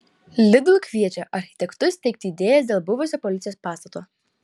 lidl kviečia architektus teikti idėjas dėl buvusio policijos pastato